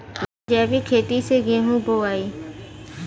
जैविक खेती से गेहूँ बोवाई